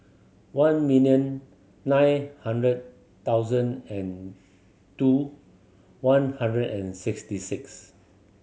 one million nine hundred thousand and two one hundred and sixty six